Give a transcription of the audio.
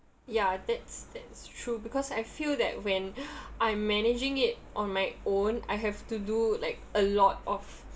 ya that's that's true because I feel that when I'm managing it on my own I have to do like a lot of